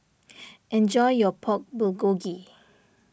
enjoy your Pork Bulgogi